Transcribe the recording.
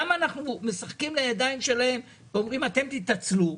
למה אנחנו משחקים לידיים שלהם ואומרים: אתם תתעצלו,